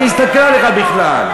מי יסתכל עליך בכלל?